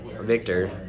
Victor